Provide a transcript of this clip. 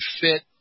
fit